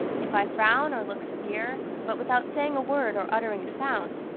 if i frown or look severe, but without saying a word or uttering a sound,